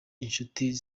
inshuti